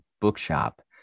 bookshop